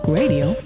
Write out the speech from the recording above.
radio